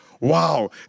Wow